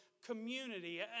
community